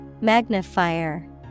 Magnifier